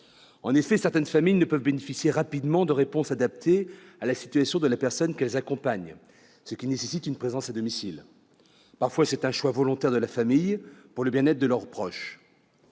En effet, certaines familles ne peuvent bénéficier rapidement de réponses adaptées à la situation de la personne qu'elles accompagnent, ce qui leur impose d'assurer une présence à domicile. Parfois, il s'agit d'un choix délibéré de la famille, fait pour le bien-être de la personne